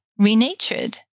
renatured